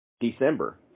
December